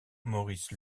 maurice